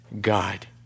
God